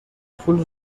پول